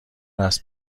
است